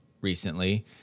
recently